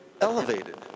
elevated